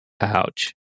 Ouch